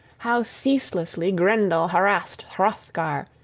how ceaselessly grendel harassed hrothgar,